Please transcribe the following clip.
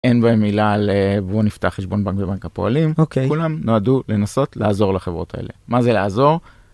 אין בהם מילה לבוא נפתח חשבון בנק בבנק הפועלים כולם נועדו לנסות לעזור לחברות האלה מה זה לעזור?